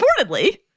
reportedly